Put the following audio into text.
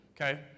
okay